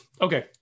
okay